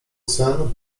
sen